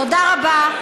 תודה רבה.